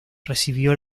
recibió